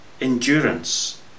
endurance